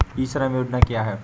ई श्रम योजना क्या है?